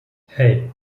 hey